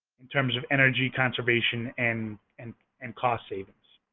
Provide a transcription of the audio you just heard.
in terms of energy conservation and and and cost savings.